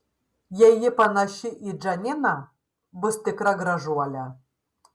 jei ji panaši į džaniną bus tikra gražuolė